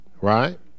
right